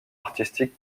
artistique